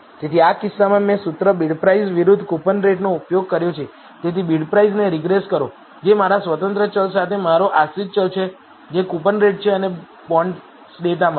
તેથી આ કિસ્સામાં મેં સૂત્ર બિડપ્રાઇસ વિરુદ્ધ કૂપનરેટનો ઉપયોગ કર્યો છે તેથી બિડપ્રાઇસને રીગ્રેસ કરો જે મારા સ્વતંત્ર ચલ સાથે મારો આશ્રિત ચલ છે જે કૂપનરેટ છે અને બોન્ડ્સ ડેટામાંથી